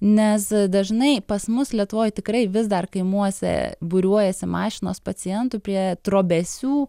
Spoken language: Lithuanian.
nes dažnai pas mus lietuvoj tikrai vis dar kaimuose būriuojasi mašinos pacientų prie trobesių